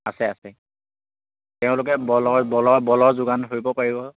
আছে আছে তেওঁলোকে বলৰ বলৰ বলৰ যোগান ধৰিব পাৰিব